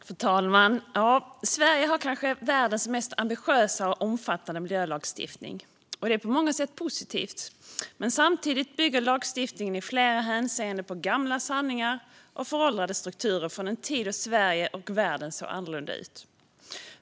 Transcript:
Fru talman! Sverige har kanske världens mest ambitiösa och omfattande miljölagstiftning. Det är på många sätt positivt. Samtidigt bygger lagstiftningen i flera hänseenden på gamla sanningar och föråldrade strukturer från en tid då Sverige och världen såg annorlunda ut.